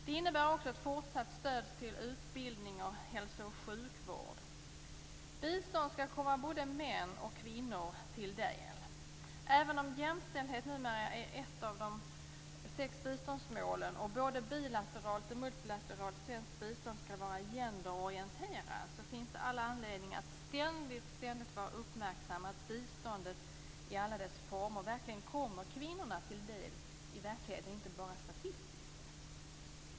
Det innebär också ett fortsatt stöd till utbildning och hälso och sjukvård. Bistånd skall komma både män och kvinnor till del. Även om jämställdhet numera är ett av de sex biståndsmålen och både bilateralt och multilateralt svenskt bistånd skall vara genderorienterat finns det all anledning att ständigt vara uppmärksam på att biståndet i alla dess former kommer kvinnorna till del i verkligheten och inte bara statistiskt.